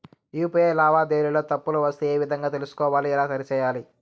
UPI లావాదేవీలలో తప్పులు వస్తే ఏ విధంగా తెలుసుకోవాలి? ఎలా సరిసేయాలి?